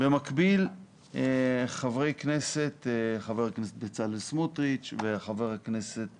במקביל חבר הכנסת בצלאל סמוטריץ' וחבר הכנסת